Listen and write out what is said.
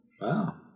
Wow